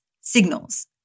signals